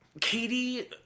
Katie